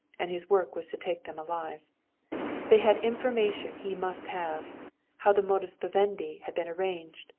and his work was to take them alive they had information he must have how the modus vivendi had been arranged,